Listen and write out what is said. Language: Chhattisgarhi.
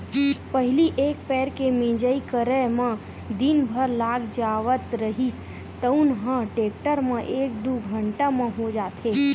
पहिली एक पैर के मिंजई करे म दिन भर लाग जावत रिहिस तउन ह टेक्टर म एक दू घंटा म हो जाथे